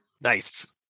nice